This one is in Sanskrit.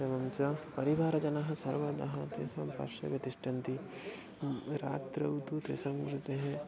एवं च परिवारजनाः सर्वदा तेषां पार्श्वे एव तिष्ठन्ति रात्रौ तु तेषां कृते